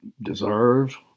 deserve